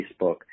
Facebook